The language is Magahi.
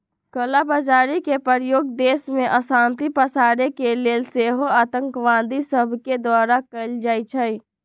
कला बजारी के प्रयोग देश में अशांति पसारे के लेल सेहो आतंकवादि सभके द्वारा कएल जाइ छइ